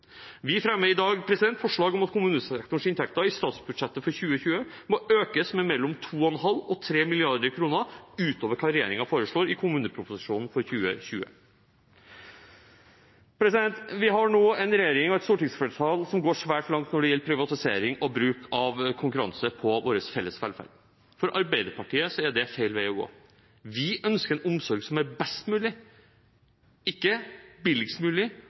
Vi fremmer i dag forslag om at kommunesektorens inntekter i statsbudsjettet for 2020 må økes med mellom 2,5 og 3 mrd. kr utover det regjeringen foreslår i kommuneproposisjonen for 2020. Vi har nå en regjering og et stortingsflertall som går svært langt når det gjelder privatisering og bruk av konkurranse i vår felles velferd. For Arbeiderpartiet er det feil vei å gå. Vi ønsker en omsorg som er best mulig, ikke billigst mulig,